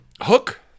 Hook